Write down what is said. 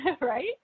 right